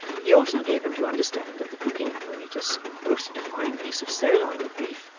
he also gave them to understand that the cooking apparatus roasted a fine piece of sirloin of beef,